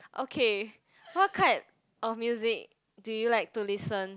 okay what kind of music do you like to listen